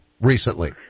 recently